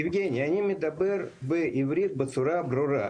יבגני, אני מדבר עברית בצורה ברורה.